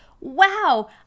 Wow